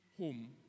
home